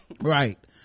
right